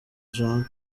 jean